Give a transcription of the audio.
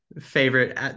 favorite